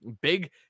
big